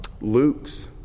Luke's